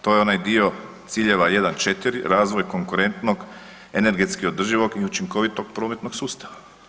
To je onaj dio ciljeva 1 4 razvoj konkurentnog energetski održivog i učinkovitog prometnog sustava.